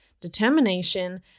determination